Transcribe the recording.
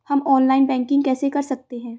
हम online banking कैसे कर सकते हैं?